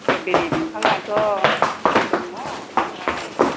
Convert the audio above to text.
strawberry बिफांआथ' दङ आमफ्राइ